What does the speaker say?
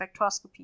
spectroscopy